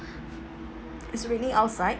it's raining outside